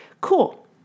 cool